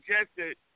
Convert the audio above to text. suggested